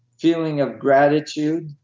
feeling of gratitude,